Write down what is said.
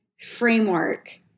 framework